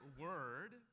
word